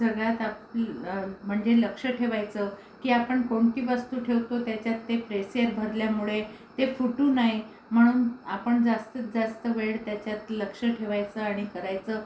सगळ्यात अक्ती म्हणजे लक्ष ठेवायचं की आपण कोणती वस्तू ठेवतो त्याच्यात ते प्रेशर भरल्यामुळे ते फुटू नाही म्हणून आपण जास्तीत जास्त वेळ त्याच्यात लक्ष ठेवायचं आणि करायचं